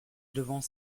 devant